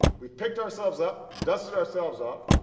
we've picked ourselves up, dusted ourselves off,